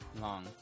long